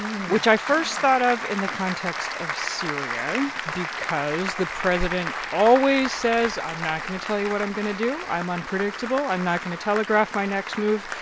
which i first thought of in the context of syria because the president always says, i'm not going to tell you what i'm going to do. i'm unpredictable. i'm not going to telegraph my next move,